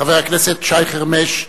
חבר הכנסת שי חרמש,